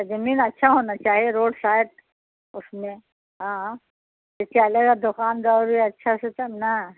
زمین اچھا ہونا چاہیے روڈ سائڈ اس میں ہاں یہ چلے گا دوکان دور اچھا سے تب نا